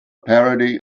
parody